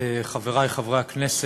חברי חברי הכנסת,